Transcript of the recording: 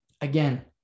Again